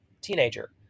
Teenager